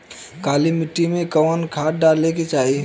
काली मिट्टी में कवन खाद डाले के चाही?